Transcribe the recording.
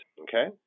okay